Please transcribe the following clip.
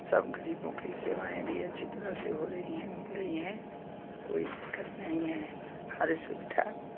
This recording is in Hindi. सब गरीबों की सेवाएँ भी अच्छी तरह से हो रही हैं मिल रही हैं कोई दिक्कत नहीं है हर सुविधा